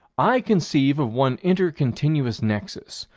i conceive of one inter-continuous nexus,